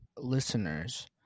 listeners